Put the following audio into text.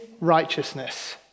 righteousness